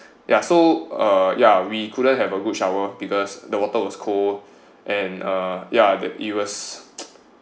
ya so uh ya we couldn't have a good shower because the water was cold and uh ya it was